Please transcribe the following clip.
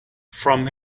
from